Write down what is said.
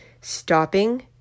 Stopping